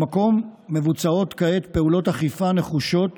במקום מבוצעות כעת פעולות אכיפה נחושות